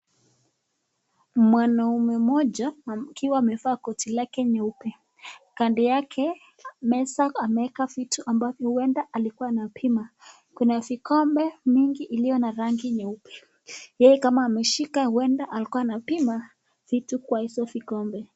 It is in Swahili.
Mwanaume mmoja akiwa amevaa koti lake nyeupe, kando yake meza ameeka vitu ambavyo ueda alikuwa anapima. Kuna vikombe mingi iliona rangi nyeupe, yeye kama ameshika ueda alikuwa anapima vitu kwa hizo vikombe.